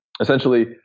essentially